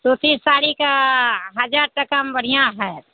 सूती साड़ीके हजार टकामे बढ़िआँ हैत